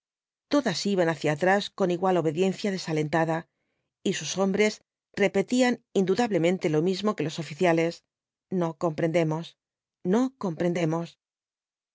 todas iban hacia atrás con igual obediencia desalentada y sus hombres repetían indudablemente lo mismo que los oficiales no comprendemos no comprendemos